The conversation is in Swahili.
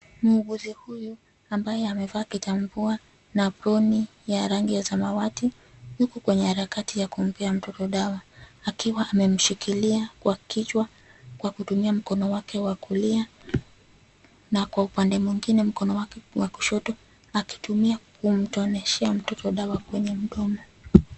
Muuguzi huyu ambaye amevaa kitambua na aproni ya rangi ya samawati yuko kwenye harakati ya kumpea mtoto dawa akiwa amemshikilia kwa kichwa kwa kutumia mkono wake wa kulia na kwa upande mwingine mkono wake wa kushoto akitumia kumtoneshea mtoto dawa kwenye mdomo.